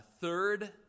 third